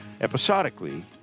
episodically